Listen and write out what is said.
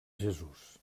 jesús